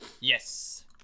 Yes